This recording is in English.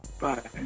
Bye